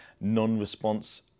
non-response